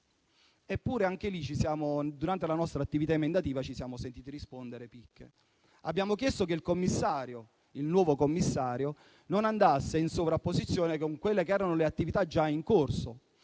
quel caso, durante la nostra attività emendativa, ci siamo sentiti rispondere picche. Abbiamo chiesto che il nuovo commissario non andasse in sovrapposizione con le attività già in corso